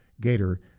Gator